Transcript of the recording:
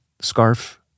scarf